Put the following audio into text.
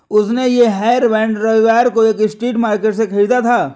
उसने ये हेयरबैंड रविवार को एक स्ट्रीट मार्केट से खरीदा था